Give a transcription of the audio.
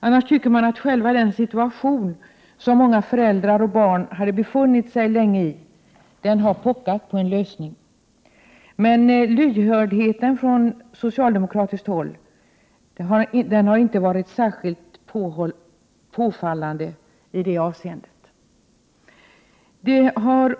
Annars tycker man att själva den situation som många föräldrar och barn befunnit sig i länge har pockat på en lösning. Men lyhördheten från socialdemokratiskt håll har inte varit särskilt påfallande i det avseendet.